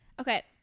okay